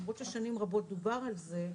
למרות ששנים רבות דובר על זה,